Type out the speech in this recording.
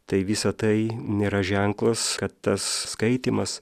tai visa tai nėra ženklas kad tas skaitymas